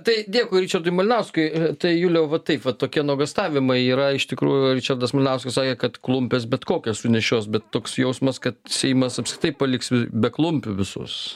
tai dėkui ričardui malinauskui tai juliau va taip va tokie nuogąstavimai yra iš tikrųjų ričardas malinauskas sakė kad klumpes bet kokias sunešios bet toks jausmas kad seimas apskritai paliks be klumpių visus